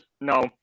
no